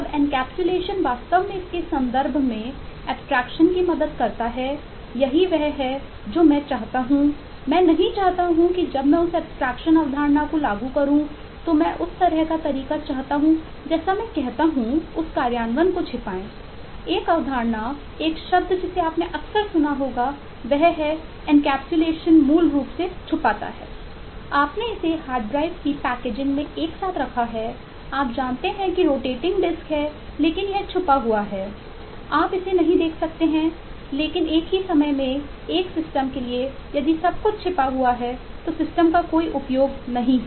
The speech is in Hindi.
अब एनकैप्सुलेशन का कोई उपयोग नहीं है